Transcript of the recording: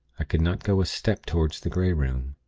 i could not go a step toward the grey room.